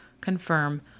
confirm